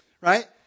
right